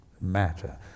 matter